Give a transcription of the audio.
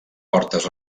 portes